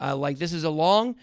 ah like, this is a long,